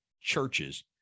churches